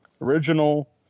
original